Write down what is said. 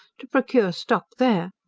to procure stock there,